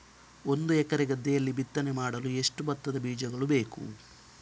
ಒಂದು ಎಕರೆ ಗದ್ದೆಯಲ್ಲಿ ಬಿತ್ತನೆ ಮಾಡಲು ಎಷ್ಟು ಭತ್ತದ ಬೀಜಗಳು ಬೇಕು?